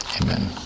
Amen